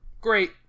great